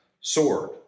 sword